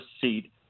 seat